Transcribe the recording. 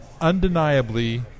undeniably